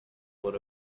for